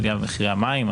עלייה במחירי המים,